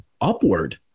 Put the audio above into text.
upward